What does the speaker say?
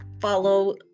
follow